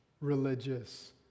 religious